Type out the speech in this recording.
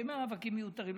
שהם מאבקים מיותרים.